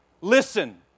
listen